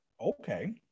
Okay